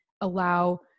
allow